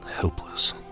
helpless